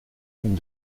ligne